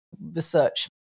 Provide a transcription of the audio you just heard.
research